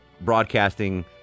broadcasting